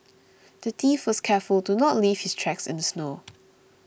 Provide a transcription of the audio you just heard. the thief was careful to not leave his tracks in the snow